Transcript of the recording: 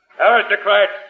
Aristocrats